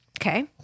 Okay